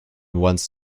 wants